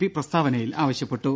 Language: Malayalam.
പി പ്രസ്താവനയിൽ ആവശ്യപ്പെട്ടു